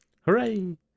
Hooray